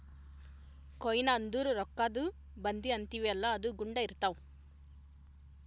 coin ಅಂದುರ್ ರೊಕ್ಕಾದು ಬಂದಿ ಅಂತೀವಿಯಲ್ಲ ಅದು ಗುಂಡ್ ಇರ್ತಾವ್